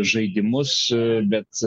žaidimus bet